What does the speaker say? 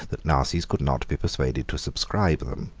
that narses could not be persuaded to subscribe them.